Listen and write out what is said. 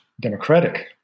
Democratic